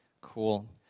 Cool